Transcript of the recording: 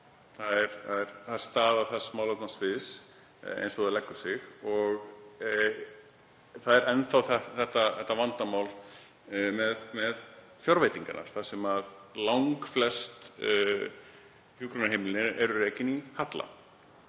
Það er staða þess málefnasviðs eins og það leggur sig og það er enn þá þetta vandamál með fjárveitingarnar þar sem langflest hjúkrunarheimili eru rekin í halla.